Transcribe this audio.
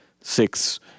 six